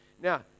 Now